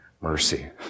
mercy